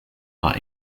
are